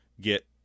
get